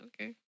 okay